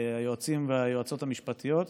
והיועצים והיועצות המשפטיות.